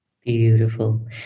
Beautiful